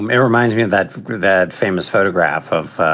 um it reminds me of that that famous photograph of